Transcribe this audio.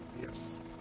Yes